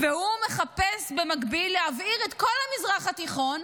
והוא מחפש במקביל להבעיר את כל המזרח התיכון.